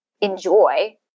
enjoy